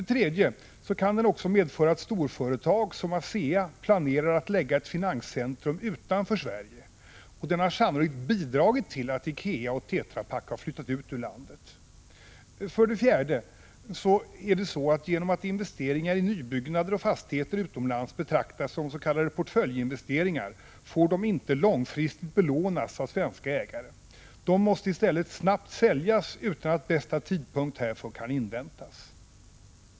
Valutaregleringen kan medföra att storföretag som ASEA planerar att lägga ett finanscentrum utanför Sverige, och den har sannolikt bidragit till att Ikea och Tetrapak flyttat ut ur landet. 4. Genom att investeringar i nybyggnader och fastigheter utomlands betraktas som s.k. portföljinvesteringar får de inte långfristigt belånas av svenska ägare. De måste i stället snabbt säljas, utan att bästa tidpunkt härför kan inväntas.